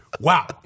Wow